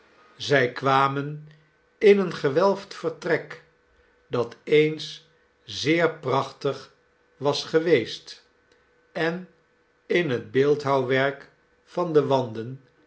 zij kwamen in een gewelfd vertrek dat eens zeer prachtig was geweest en in het beeldhouwwerk van de wanden